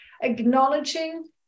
acknowledging